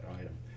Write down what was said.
item